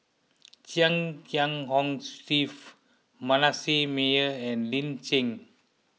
Chia Kiah Hong Steve Manasseh Meyer and Lin Chen